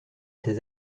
ces